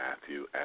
Matthew